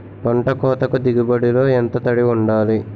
పంట కోతకు దిగుబడి లో ఎంత తడి వుండాలి?